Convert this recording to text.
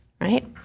right